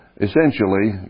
essentially